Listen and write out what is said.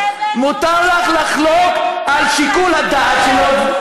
מותר לך לחלוק על שיקול הדעת שלו.